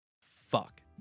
fuck